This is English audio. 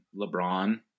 LeBron